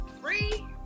three